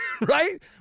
right